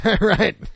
Right